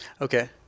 Okay